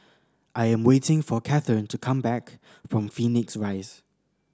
I am waiting for Cathern to come back from Phoenix Rise